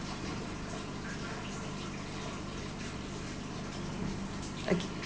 okay